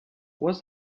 was